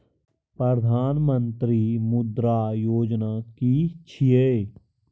प्रधानमंत्री मुद्रा योजना कि छिए?